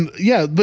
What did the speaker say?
and yeah, but